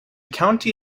county